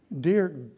dear